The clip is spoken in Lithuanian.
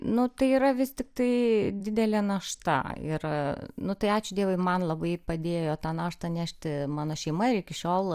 nu tai yra vis tiktai didelė našta ir nu tai ačiū dievui man labai padėjo tą naštą nešti mano šeima ir iki šiol